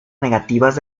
negativas